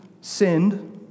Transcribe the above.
sinned